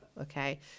Okay